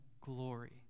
glory